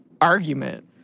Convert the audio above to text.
argument